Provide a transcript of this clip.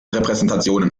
repräsentation